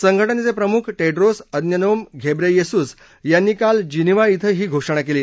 संघटनेचे प्रमुख Tedros Adhanom Ghebreyesus यांनी काल जिनिव्हा िं ही घोषणा केली